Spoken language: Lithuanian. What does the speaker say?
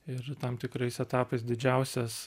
ir tam tikrais etapais didžiausias